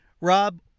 Rob